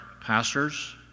pastors